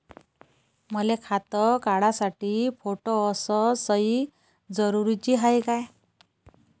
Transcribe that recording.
मले खातं काढासाठी फोटो अस सयी जरुरीची हाय का?